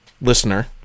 listener